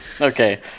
Okay